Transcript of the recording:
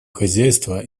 хозяйства